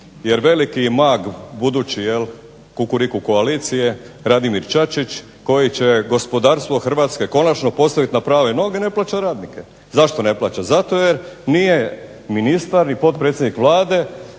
jer veliki mag budući jel kukuriku koalicije Radimir Čačić, koji će gospodarstvo Hrvatske konačno postaviti na prave noge ne plaća radnike. Zašto ne plaća? Zato jer nije ministar i potpredsjednik Vlade,